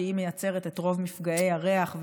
שמייצרת את רוב מפגעי הריח,